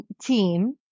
team